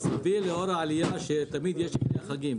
זה סביר לאור העלייה שתמיד יש בחגים.